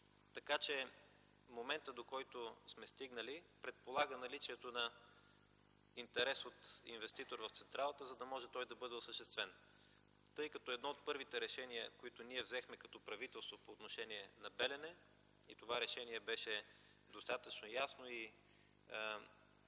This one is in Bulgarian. вариант. Моментът, до който сме стигнали, предполага наличието на интерес от инвеститор в централата, за да може той да бъде осъществен, тъй като едно от първите решения, които ние взехме като правителство по отношение на „Белене” и това решение беше достатъчно ясно и